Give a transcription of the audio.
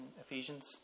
Ephesians